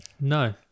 No